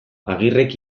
agirrek